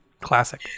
classic